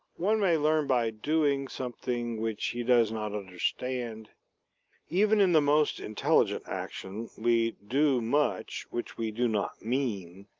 one may learn by doing something which he does not understand even in the most intelligent action, we do much which we do not mean,